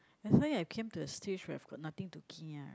that's why I came to a stage where I've got nothing to kia right